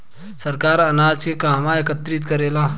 सरकार अनाज के कहवा एकत्रित करेला?